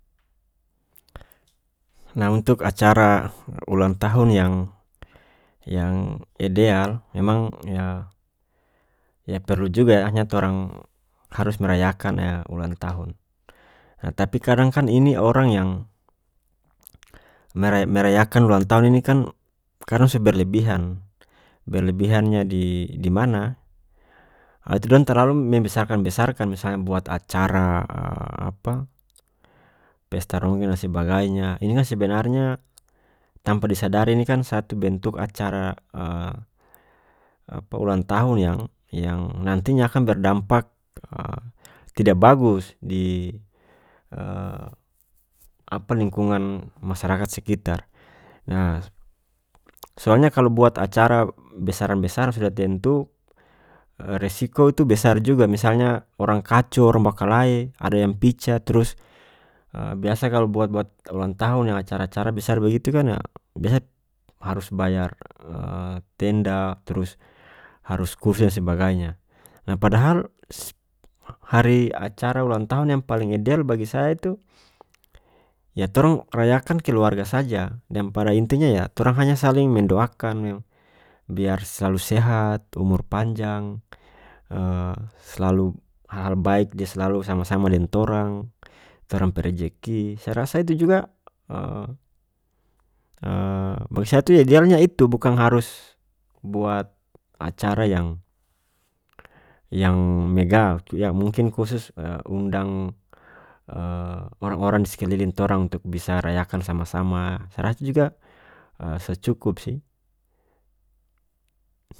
Nah untuk acara ulang tahun yang-yang ideal memang yah-yah perlu juga yah torang harus merayakan ulang tahun tapi kadang kan ini orang yang mera-merayakan ulang tahun ini kan kadang so berlebihan berlebihannya di-di mana ah itu dong terlalu membesarkan besarkan misalnya buat acara apa pesta ronggeng sebagainya ini kan sebenarnya tanpa disadari ini kan satu bentuk acara apa ulang tahun yang-yang nantinya akan berdampak tidak bagus di apa lingkungan masyarakat sekitar nah soalnya kalu buat acara besaran besaran sudah tentu resiko itu besar juga misalnya orang kaco dong bakalae ada yang picah trus biasa kalu buat buat ulang tahun yang acara acara besar begitu kan yah biasa harus bayar tenda turus harus kursi sebagainya padahal hari acara ulang tahun yang paling ideal bagi saya itu yah torang rayakan keluarga saja dan pada intinya yah torang hanya saling mendoakan biar selalu sehat umur panjang selalu hal hal baik dia selalu sama sama deng torang torang pe rejeki saya rasa itu juga bagi saya itu idealnya itu bukang harus buat acara yang-yang megah yah mungkin khusus undang orang orang di sekeliling torang untuk bisa rayakan sama sama saya rasa juga so cukup sih.